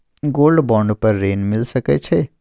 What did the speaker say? Gold bond पर ऋण मिल सके छै?